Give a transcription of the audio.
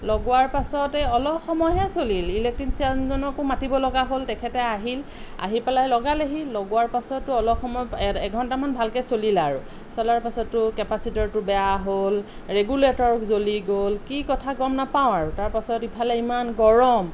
লগোৱাৰ পাছতে অলপ সময়হে চলিল ইলেক্ট্ৰিচিয়ানজনকো মাতিব লগা হ'ল তেখেতে আহিল আহি পেলাই লগালেহি লগোৱাৰ পাছতো অলপ সময় এঘণ্টামান ভালকৈ চলিল আৰু চলাৰ পাছতো কেপাচিটৰটো বেয়া হ'ল ৰেগুলেটৰো জ্বলি গ'ল কি কথা গম নেপাওঁ আৰু তাৰপাছত ইফালে ইমান গৰম